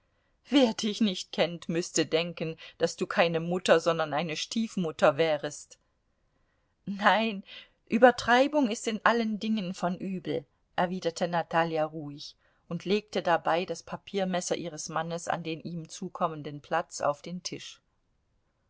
wer dich nicht kennt müßte denken daß du keine mutter sondern eine stiefmutter wärest nein übertreibung ist in allen dingen vom übel erwiderte natalja ruhig und legte dabei das papiermesser ihres mannes an den ihm zukommenden platz auf den tisch